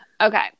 Okay